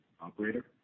Operator